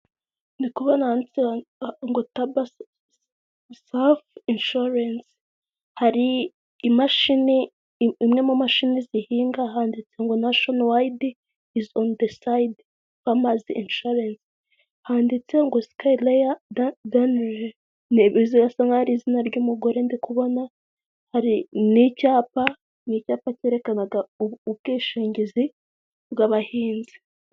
Ndi kubona handitse ngo Taba Sawufu inshuwarensi hari imashini imwe mu mashini zihinga handitse ngo nashino wayidi izi oni de sayidi famazi inshuwarensi, handitseho ngo Sikeyi Leya Daniyeli bisa nkaho ari izina ry'umugore ndikubona hari n'icyapa, ni icyapa cyerekanaga ubwishingizi bw'abahinzi.